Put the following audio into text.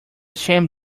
shame